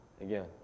again